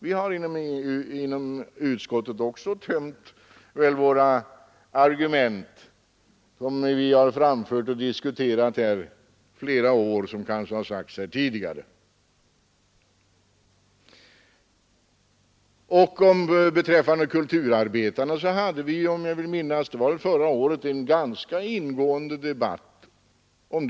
Vi har inom utskottet också tömt våra argument, som vi har framfört och diskuterat flera år; det har kanske sagts här tidigare. Om kulturarbetarna hade vi, vill jag minnas, förra året en ganska ingående debatt.